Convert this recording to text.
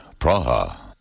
Praha